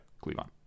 Cleveland